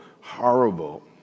horrible